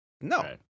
No